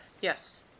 Yes